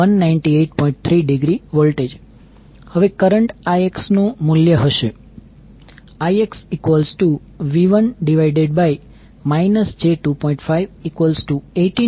3°V હવે કરંટ Ixનું મૂલ્ય હશે IxV1 j2